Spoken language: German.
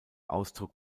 ausdruck